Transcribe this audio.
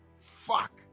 Fuck